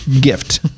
gift